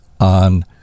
on